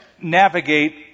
navigate